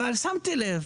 אבל שמתי לב,